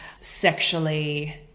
Sexually